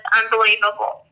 unbelievable